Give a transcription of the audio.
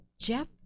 Jeff